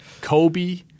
Kobe